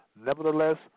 nevertheless